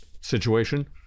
situation